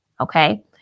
Okay